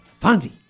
Fonzie